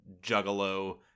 Juggalo